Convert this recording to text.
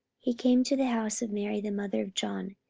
he came to the house of mary the mother of john,